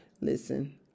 listen